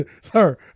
sir